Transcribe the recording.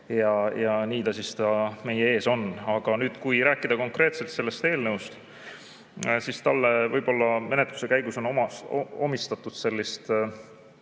ja nii ta siis meie ees on. Aga kui rääkida konkreetselt sellest eelnõust, siis talle on võib-olla menetluse käigus omistatud sellist